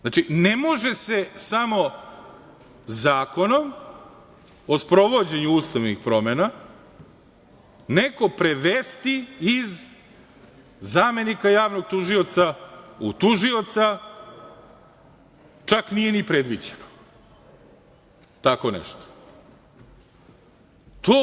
Znači, ne može se samo zakonom o sprovođenju ustavnih promena neko prevesti iz zamenika javnog tužioca u tužioca, čak nije ni predviđeno tako nešto.